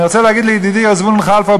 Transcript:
אני רוצה להגיד לידידי זבולון כלפה,